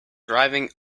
driving